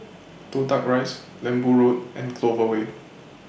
Toh Tuck Rise Lembu Road and Clover Way